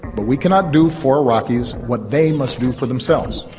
but we cannot do for iraqis what they must do for themselves,